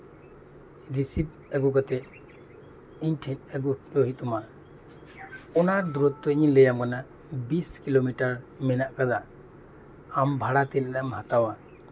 receive ᱟᱹᱜᱩ ᱠᱟᱛᱮᱫ ᱤᱧ ᱴᱷᱮᱱ ᱟᱹᱜᱩ ᱦᱚᱴᱚ ᱦᱩᱭᱩᱜ ᱛᱟᱢᱟ ᱟᱨ ᱫᱩᱨᱚᱛᱛᱚᱧ ᱤᱧ ᱞᱟᱹᱭ ᱟᱢ ᱠᱟᱱᱟ ᱵᱤᱥ ᱠᱤᱞᱳᱢᱤᱴᱟᱨ ᱢᱮᱱᱟᱜ ᱟᱠᱟᱫᱟ ᱟᱢ ᱵᱷᱟᱲᱟ ᱛᱤᱱᱟᱹᱜ ᱮᱢ ᱦᱟᱛᱟᱣᱟ